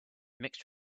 mixed